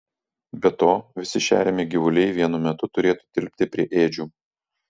be to visi šeriami gyvuliai vienu metu turėtų tilpti prie ėdžių